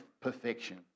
perfection